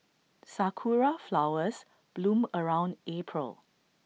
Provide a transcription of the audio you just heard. Sakura Flowers bloom around April